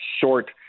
short